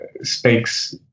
speaks